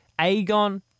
Aegon